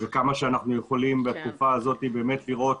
וכמה שאנחנו יכולים בתקופה הזאת באמת לראות,